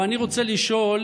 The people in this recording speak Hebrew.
אבל אני רוצה לשאול